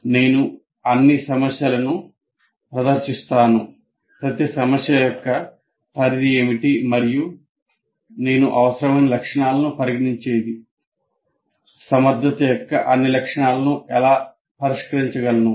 నేను ఎన్ని సమస్యలను ప్రదర్శిస్తాను ప్రతి సమస్య యొక్క పరిధి ఏమిటి మరియు సమర్థత యొక్క అన్ని లక్షణాలను ఎలా పరిష్కరించగలను